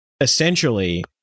essentially